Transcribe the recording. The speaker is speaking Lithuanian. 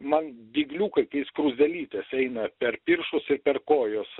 man dygliukai kai skruzdėlytės eina per pirštus ir per kojos